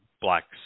blacks